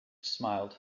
smiled